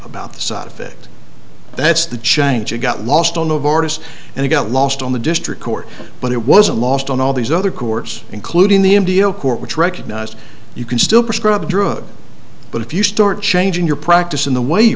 about the side effect that's the change it got lost on the borders and it got lost on the district court but it wasn't lost on all these other courts including the indio court which recognized you can still prescribe the drug but if you start changing your practice in the way you